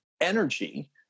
energy